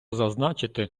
зазначити